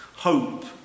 hope